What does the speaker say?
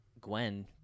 Gwen